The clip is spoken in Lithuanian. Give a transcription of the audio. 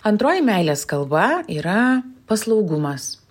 antroji meilės kalba yra paslaugumas